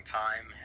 time